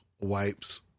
wipes